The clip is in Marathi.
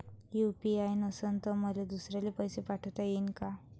यू.पी.आय नसल तर मले दुसऱ्याले पैसे पाठोता येईन का?